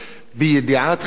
בידיעה תחילה.